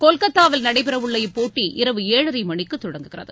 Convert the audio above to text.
கொல்கத்தாவில் நடைபெறவுள்ள இப்போட்டி இரவு ஏழரை மணிக்கு தொடங்குகிறது